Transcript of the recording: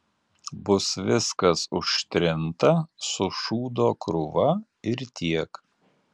bus viskas užtrinta su šūdo krūva ir tiek